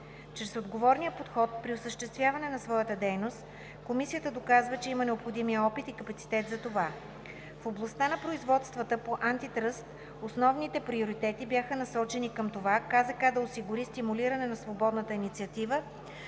Чрез отговорния подход при осъществяване на своята дейност Комисията доказва, че има необходимия опит и капацитет за това. В областта на производствата по антитръст основните приоритети бяха насочени към това КЗК да осигури стимулиране на свободната инициатива